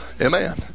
Amen